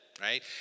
Right